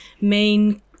main